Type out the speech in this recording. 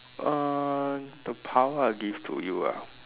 err the power I'll give to you ah